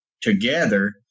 together